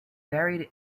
buried